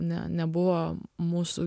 ne nebuvo mūsų